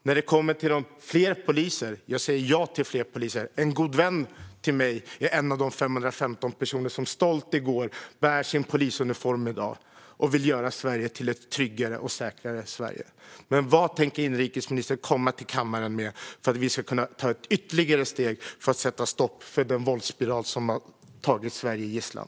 När det gäller fler poliser säger jag ja till fler poliser. En god vän till mig är en av de 515 personer som anställdes i går och som i dag stolt bär sin polisuniform och vill göra Sverige till ett tryggare och säkrare land. Men vad tänker inrikesministern komma till kammaren med för att vi ska kunna ta ytterligare steg för att sätta stopp för den våldsspiral som har tagit Sverige gisslan?